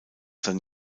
sein